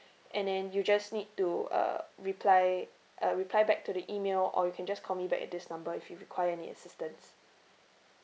and then you just need to uh reply uh reply back to the email or you can just call me back at this number if you require any assistance